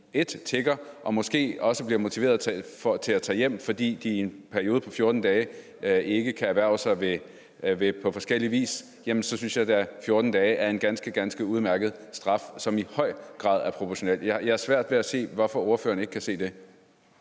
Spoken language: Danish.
de tigger, og måske også motivere dem til at tage hjem, fordi de i en periode på 14 dage ikke kan drive erhverv på forskellig vis, jamen så synes jeg da, at 14 dages fængsel er en ganske udmærket straf, som i høj grad er proportionel. Jeg har svært ved at forstå, hvorfor ordføreren ikke kan se det.